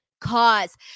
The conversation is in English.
cause